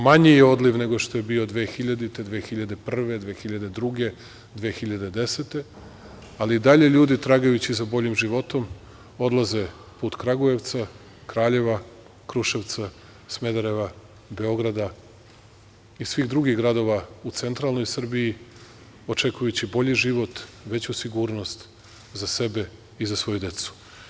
Manji je odliv nego što je bio 2000, 2001, 2002, 2010. godine, ali i dalje ljudi tragajući za boljim životom odlaze put Kragujevca, Kraljeva, Kruševca, Smedereva, Beograda i svih drugih gradova u centralnoj Srbiji, očekujući bolji život, veću sigurnost za sebe i za svoju decu.